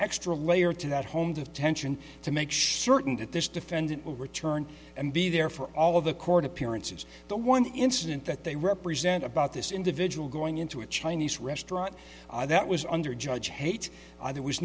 extra layer to that home detention to make shortened at this defendant will return and be there for all of the court appearances the one incident that they represent about this individual going into a chinese restaurant that was under judge hate there was